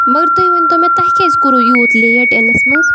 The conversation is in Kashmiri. مگر تُہۍ ؤنۍ تو مےٚ تۄہہِ کیٛازِ کوٚروٕ یوٗت لیٹ یِنَس منٛز